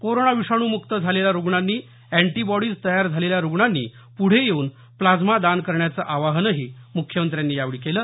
corona विषाणू मुक्त झालेल्या रुग्णांनी अॅण्टीबॉडिज तयार झालेल्या रुग्णांनी पुढे येऊन प्लाझ्मा दान करण्याचं आवाहनही मुख्यमंत्र्यांनी यावेळी केलं